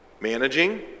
managing